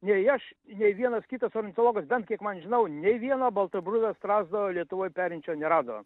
nei aš nei vienas kitas ornitologas bent kiek man žinau nei vieno baltabruvis strazdo lietuvoj perinčio nerado